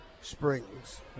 Springs